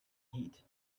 heat